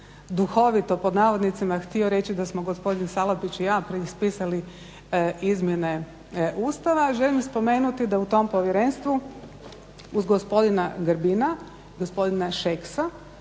duhovito pod navodnicima htio reći da smo gospodin Salapić i ja preispisali izmjene Ustava. Želim spomenuti da u tom povjerenstvu uz gospodina Grbina, gospodina Šeksa